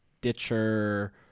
ditcher